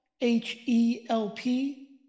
H-E-L-P